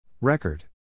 Record